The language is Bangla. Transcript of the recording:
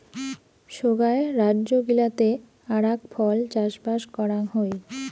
সোগায় রাজ্য গিলাতে আরাক ফল চাষবাস করাং হই